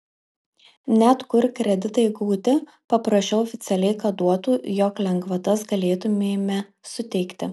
net kur kreditai gauti paprašiau oficialiai kad duotų jog lengvatas galėtumėme suteikti